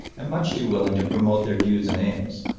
and much too willing to promote their views and aims